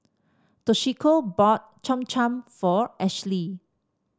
Toshiko bought Cham Cham for Ashely